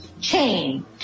chain